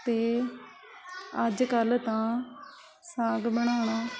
ਅਤੇ ਅੱਜ ਕੱਲ੍ਹ ਤਾਂ ਸਾਗ ਬਣਾਉਣਾ